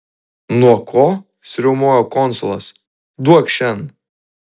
nuo ko suriaumojo konsulas duokš šen